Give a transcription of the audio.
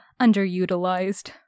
underutilized